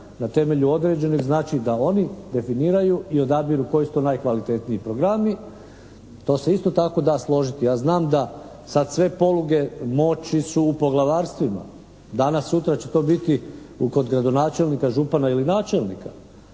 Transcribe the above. na temelju određenih, znači da oni definiraju i odabiru koji su to najkvalitetniji programi. To se isto tako da složiti. Ja znam da sad sve poluge moći su u poglavarstvima, danas-sutra će to biti kod gradonačelnika, župana ili načelnika